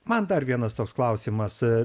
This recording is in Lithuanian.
man dar vienas toks klausimas a